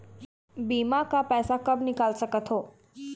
बीमा का पैसा कब निकाल सकत हो?